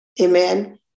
Amen